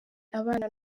abana